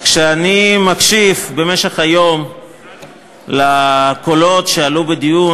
כשאני מקשיב במשך היום לקולות שעלו בדיון,